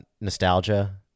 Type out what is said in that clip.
nostalgia